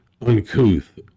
uncouth